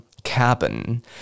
Cabin